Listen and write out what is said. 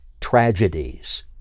tragedies